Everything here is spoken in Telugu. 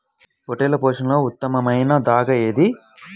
పొట్టెళ్ల పోషణలో ఉత్తమమైన దాణా ఏది?